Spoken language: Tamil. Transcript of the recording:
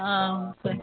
ஆ ஆமாம் சார்